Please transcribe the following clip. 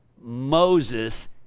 Moses